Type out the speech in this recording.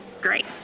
great